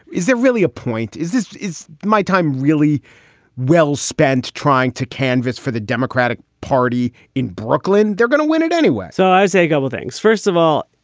is there really a point is this is my time really well spent trying to canvass for the democratic party in brooklyn? they're gonna win it anyway so there's a couple of things. first of all,